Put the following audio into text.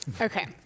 Okay